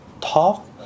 Talk